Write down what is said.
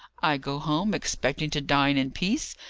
i go home, expecting to dine in peace,